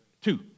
Two